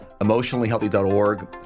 emotionallyhealthy.org